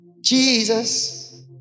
Jesus